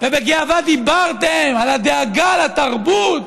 ובגאווה דיברתם על הדאגה לתרבות,